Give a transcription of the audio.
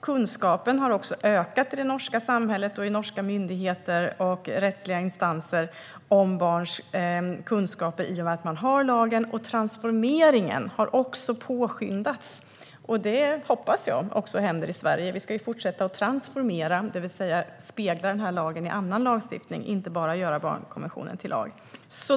Kunskapen har ökat i det norska samhället och i norska myndigheter och rättsliga instanser i och med att man har lagen, och transformeringen har också påskyndats. Jag hoppas att detta händer även i Sverige. Vi ska fortsätta att transformera, det vill säga att vi ska spegla den här lagen i annan lagstiftning och inte bara göra barnkonventionen till lag.